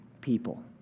people